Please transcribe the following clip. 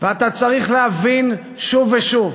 ואתה צריך להבין שוב ושוב,